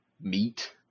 meat